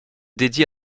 dédiée